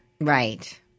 Right